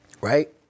Right